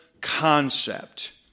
concept